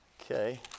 okay